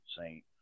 Saint